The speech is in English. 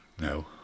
no